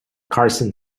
carson